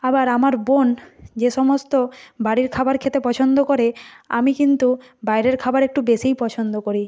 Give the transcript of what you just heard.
আবার আমার বোন যে সমস্ত বাড়ির খাবার খেতে পছন্দ করে আমি কিন্তু বাইরের খাবার একটু বেশিই পছন্দ করি